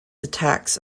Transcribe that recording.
attacks